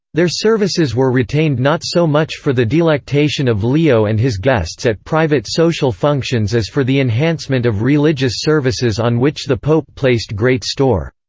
their services were retained not so much for the delectation of leo and his guests at private social functions as for the enhancement of religious services on which the pope placed great store.